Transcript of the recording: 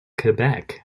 quebec